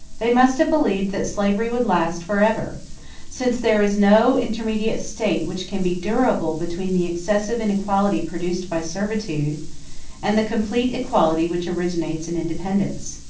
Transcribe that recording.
they must have believed that slavery would last forever since there is no intermediate state which can be durable between the excessive inequality produced by servitude and the complete equality which originates in independence.